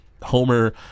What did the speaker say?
Homer